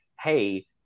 hey